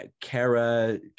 Kara